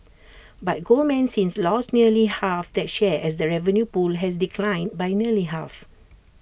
but Goldman since lost nearly half that share as the revenue pool has declined by nearly half